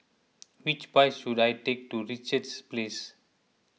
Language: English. which bus should I take to Richards Place